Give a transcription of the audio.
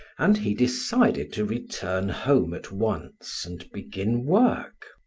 and he decided to return home at once and begin work.